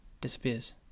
disappears